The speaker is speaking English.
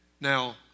Now